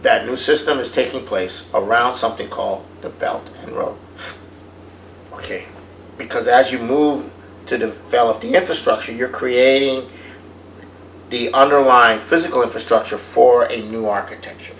that new system is taking place around something called the belt growth ok because as you move to develop the f a structure you're creating the underlying physical infrastructure for a new architecture